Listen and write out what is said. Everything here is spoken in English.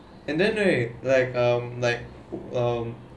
and then right um like um like um